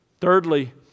Thirdly